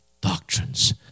doctrines